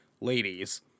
ladies